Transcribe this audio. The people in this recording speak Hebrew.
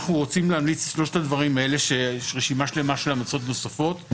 אנחנו רוצים להמליץ את שלושת הדברים האלה ברשימה שלמה של המלצות נוספות.